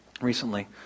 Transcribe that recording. recently